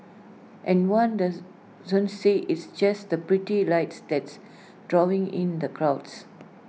and one docent says it's just the pretty lights that's drawing in the crowds